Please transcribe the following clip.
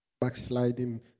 backsliding